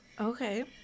Okay